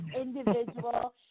individual